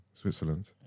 Switzerland